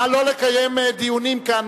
נא לא לקיים דיונים כאן.